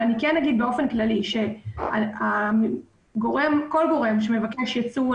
אני כן אומר באופן כללי שכל גורם שמבקש יצוא,